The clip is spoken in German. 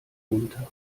runter